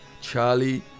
Charlie